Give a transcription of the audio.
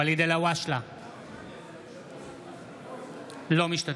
מזכיר הכנסת, אנא קרא בשמות חברי הכנסת.